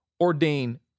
ordain